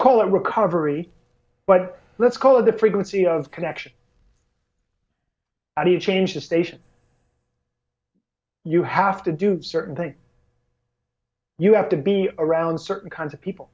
at recovery but let's call it the frequency of connection how do you change the station you have to do certain things you have to be around certain kinds of people